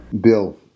Bill